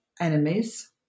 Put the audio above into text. enemies